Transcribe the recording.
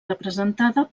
representada